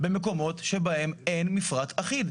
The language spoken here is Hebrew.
במקומות שבהם אין מפרט אחיד.